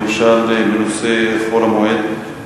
למשל בנושא חול המועד.